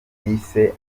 yise